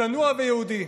צנוע ויהודי.